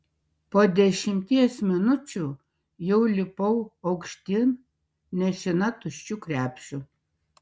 po dešimties minučių jau lipau aukštyn nešina tuščiu krepšiu